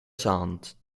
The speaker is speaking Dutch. zand